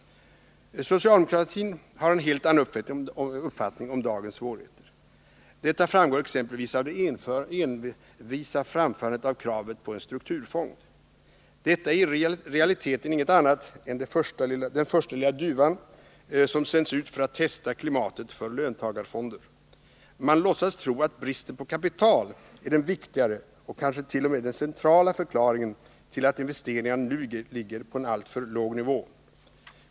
Socialdemokratin har en helt annan uppfattning om dagens svårigheter. Detta framgår exempelvis av det envisa framförandet av kravet på en strukturfond. Det är i realiteten inget annat än den första lilla duvan som sänds ut för att testa klimatet för löntagarfonder. Man låtsas tro att bristen på kapital är den viktiga — och kanske t.o.m. den centrala — förklaringen till att investeringarna nu ligger på en alltför låg nivå.